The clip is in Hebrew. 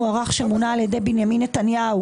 מוערך שמונה על ידי בנימין נתניהו,